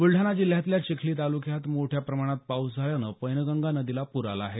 बुलडाणा जिल्हयातल्या चिखली तालुक्यात मोठ्या प्रमाणात पाऊस झाल्यानं पैनगंगा नदीला पूर आला आहे